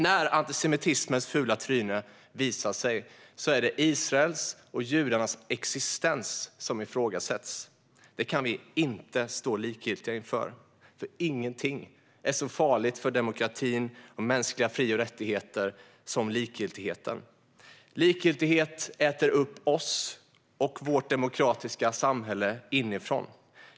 När antisemitismens fula tryne visar sig är det Israels och judarnas existens som ifrågasätts. Det kan vi inte stå likgiltiga inför. Ingenting är så farligt för demokrati och mänskliga fri och rättigheter som likgiltigheten. Likgiltighet äter upp oss och vårt demokratiska samhälle inifrån.